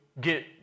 get